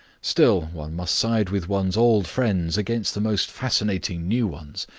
still one must side with one's old friends against the most fascinating new ones.